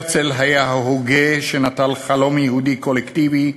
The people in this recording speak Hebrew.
הרצל היה ההוגה שנטל חלום יהודי קולקטיבי,